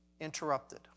interrupted